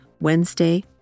Wednesday